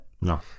No